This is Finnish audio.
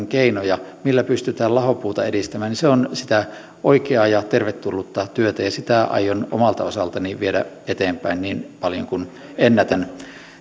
keinoja millä pystytään lahopuuta edistämään on sitä oikeaa ja tervetullutta työtä ja sitä aion omalta osaltani viedä eteenpäin niin paljon kuin ennätän